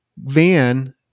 van